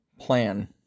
plan